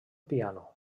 piano